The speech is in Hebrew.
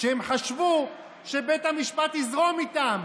שהם חשבו שבית המשפט יזרום איתם,